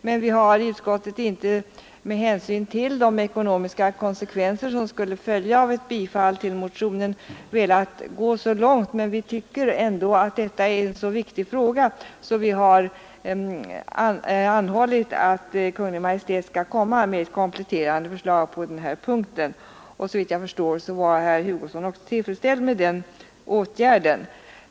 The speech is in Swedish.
Men vi har med hänsyn till de ekonomiska konsekvenser som skulle följa av ett bifall till motionen inte velat gå så långt som motionärerna önskar. Vi tycker dock att det är en så viktig fråga att vi har anhållit att Kungl. Maj:t skall komma med ett kompletterande förslag på denna punkt. Såvitt jag förstår var herr Hugosson tillfredsställd med den åtgärden.